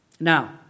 Now